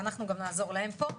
ואנחנו גם נעזור להם פה.